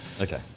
Okay